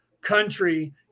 country